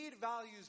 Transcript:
values